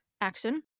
Action